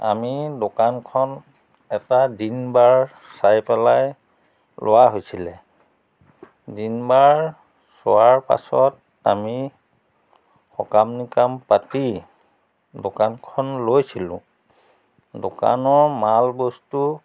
আমি দোকানখন এটা দিনবাৰ চাই পেলাই লোৱা হৈছিলে দিনবাৰ চোৱাৰ পাছত আমি সকাম নিকাম পাতি দোকানখন লৈছিলোঁ দোকানৰ মাল বস্তু